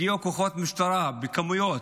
הגיעו כוחות משטרה בכמויות,